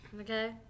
okay